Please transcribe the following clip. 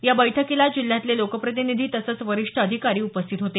याबैठकीला जिल्ह्यातले लोकप्रतिनिधी तसंच वरिष्ठ अधिकारी उपस्थित होते